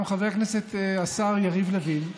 גם חבר הכנסת השר יריב לוין,